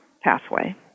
pathway